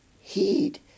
heed